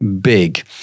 big